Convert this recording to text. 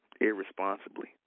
irresponsibly